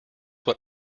what